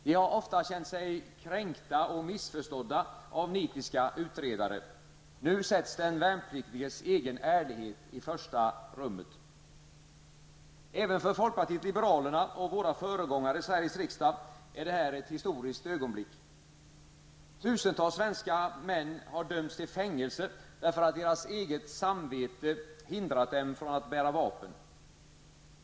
De har ofta känt sig kränkta och missförstådda av nitiska utredare. Nu sätts den värnpliktiges egen ärlighet i första rummet. Även för folkpartiet liberalerna -- och våra föregångare i Sveriges riksdag -- är det här ett historiskt ögonblick. Tusentals svenska män har dömts till fängelse, därför att deras eget samvete hindrat dem från att bära vapen.